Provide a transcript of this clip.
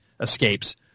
escapes